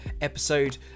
Episode